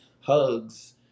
hugs